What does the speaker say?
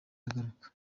agaruka